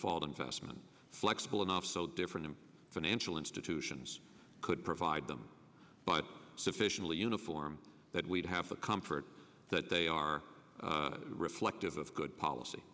fault investment flexible enough so different financial institutions could provide them but sufficiently uniform that we'd have the comfort that they are reflective of good policy